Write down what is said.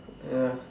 ya